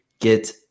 get